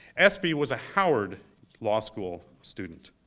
espy was a howard law school student.